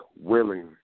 willing